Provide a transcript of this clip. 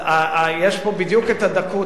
יש פה בדיוק את הדקות,